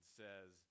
says